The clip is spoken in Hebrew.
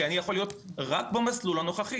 כי אני יכול להיות רק במסלול הנוכחי.